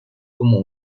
como